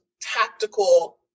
tactical